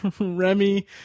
Remy